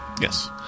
Yes